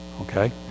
okay